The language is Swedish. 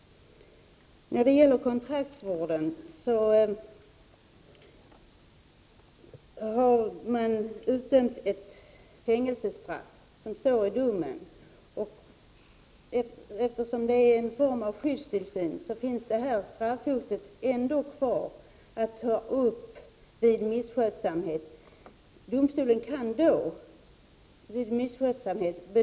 Eftersom kontraktsvård är en form av skyddstillsyn, finns hotet om det straff som har utdömts, exempelvis fängelsestraff, kvar och kan tas upp vid misskötsamhet. Fängelsestraffet står i domen.